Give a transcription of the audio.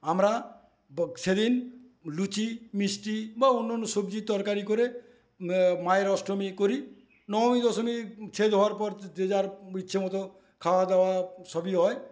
আমরা বো সেদিন লুচি মিষ্টি বা অন্য অন্য সবজির তরকারি করে মায়ের অষ্টমী করি নবমী দশমী শেষ হওয়ার পর যে যার ইচ্ছে মতো খাওয়াদাওয়া সবই হয়